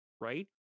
right